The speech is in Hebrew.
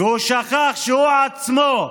והוא שכח שהוא עצמו,